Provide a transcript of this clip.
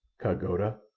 ka-goda?